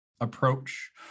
approach